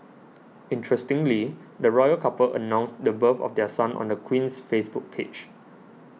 interestingly the royal couple announced the birth of their son on the Queen's Facebook page